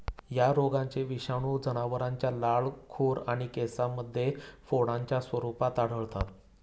या रोगाचे विषाणू जनावरांच्या लाळ, खुर आणि कासेमध्ये फोडांच्या स्वरूपात आढळतात